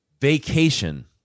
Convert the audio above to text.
Vacation